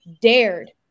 dared